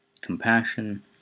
compassion